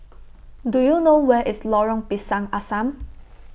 Do YOU know Where IS Lorong Pisang Asam